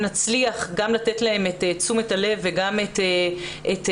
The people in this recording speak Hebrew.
ואולי נצליח לתת להם תשומת לב וגם את הדעת